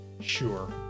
sure